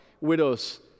widows